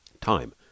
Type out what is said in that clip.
Time